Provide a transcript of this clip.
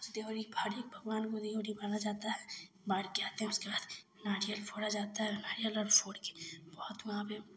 उस दिओरी भगवान को दिओरी बाँधी जाती है बाँधकर आते हैं उसके बाद नारियल फोड़ा जाता है नारियल और फोड़कर बहुत वहाँ पर